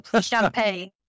Champagne